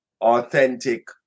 authentic